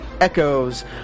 Echoes